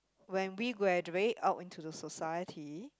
when we graduate out into the society